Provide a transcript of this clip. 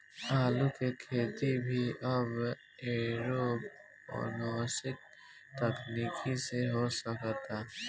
आलू के खेती भी अब एरोपोनिक्स तकनीकी से हो सकता